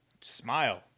Smile